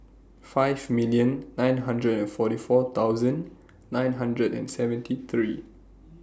five million nine hundred and forty four thousand nine hundred and seventy three